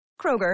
Kroger